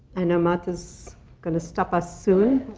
i know martha's going to stop us soon.